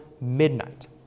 midnight